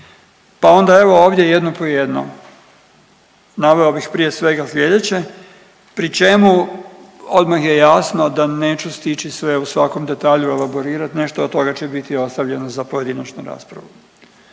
pa onda evo ovdje jedno po jedno. Naveo bih prije svega slijedeće pri čemu odmah je jasno da neću stići sve o svakom detalju elaborirat, nešto o toga će biti ostavljeno za pojedinačnu raspravu.